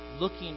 looking